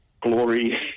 glory